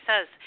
says